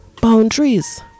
boundaries